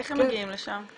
איך הם מגיעים לשם?